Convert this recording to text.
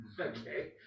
Okay